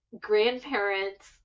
grandparents